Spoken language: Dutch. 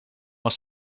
was